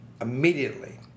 immediately